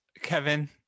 Kevin